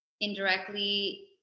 indirectly